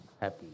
happy